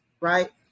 right